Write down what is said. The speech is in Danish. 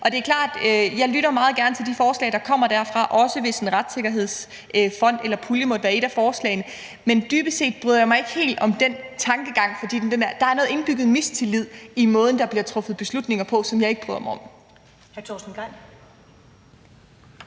i. Det er klart, at jeg meget gerne lytter til de forslag, der kommer derfra – også hvis en retssikkerhedsfond eller -pulje måtte være et af forslagene. Men dybest set bryder jeg mig ikke helt om den tankegang, fordi der er noget indbygget mistillid i forhold til måden, der bliver truffet beslutninger på, som jeg ikke bryder mig om.